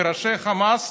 מראשי חמאס,